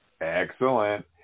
Excellent